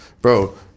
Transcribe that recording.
Bro